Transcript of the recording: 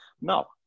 No